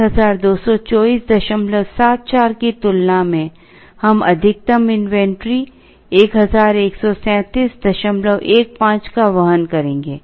इसलिए 122474 की तुलना में हम अधिकतम इन्वेंट्री 113715 का वहन करेंगे